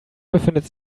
befindet